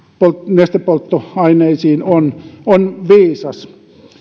nestepolttoaineisiin on on viisas ehdotus